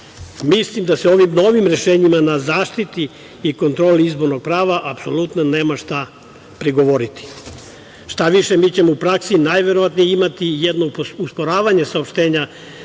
RIK.Mislim da se ovim novim rešenjima na zaštiti i kontroli izbornog prava apsolutno nema šta prigovoriti. Šta više, mi ćemo u praksi najverovatnije imati jednu usporavanje saopštenja